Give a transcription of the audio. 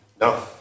No